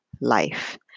life